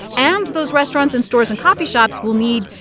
and those restaurants and stores and coffee shops will need,